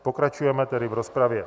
Pokračujeme tedy v rozpravě.